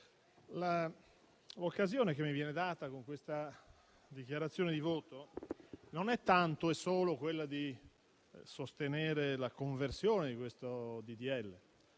l'occasione che mi viene data con questa dichiarazione di voto non è tanto e solo quella di sostenere la conversione di questo